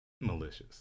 malicious